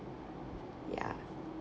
ya